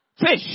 Fish